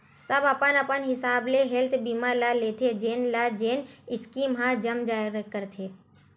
सब अपन अपन हिसाब ले हेल्थ बीमा ल लेथे जेन ल जेन स्कीम ह जम जाय करथे